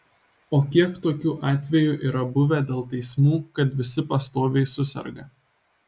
o kiek tokių atvejų yra buvę dėl teismų kad visi pastoviai suserga